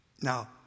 Now